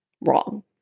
wrong